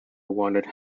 wanted